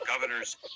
Governors